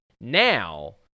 Now